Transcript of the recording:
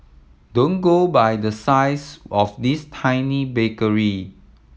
don't go by the size of this tiny bakery